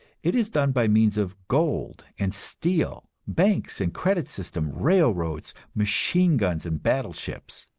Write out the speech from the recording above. it is done by means of gold and steel, banks and credit systems, railroads, machine-guns and battleships.